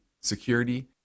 security